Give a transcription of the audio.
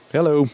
Hello